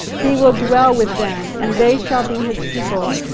he will dwell with them, and they shall be his people,